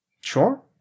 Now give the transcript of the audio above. Sure